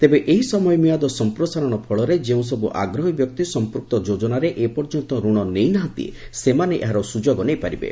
ତେବେ ଏହି ସମୟ ମିଆଁଦ ସମ୍ପ୍ରସାରଣ ଫଳରେ ଯେଉଁସବୁ ଆଗ୍ରହୀ ବ୍ୟକ୍ତି ସମ୍ପୂକ୍ତ ଯୋଜନାରେ ଏପର୍ଯ୍ୟନ୍ତ ରଣ ନେଇନାହାନ୍ତି ସେମାନେ ଏହାର ସୁଯୋଗ ନେଇପାରିବେ